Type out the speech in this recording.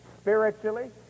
spiritually